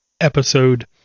episode